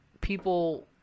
people